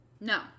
No